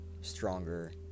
stronger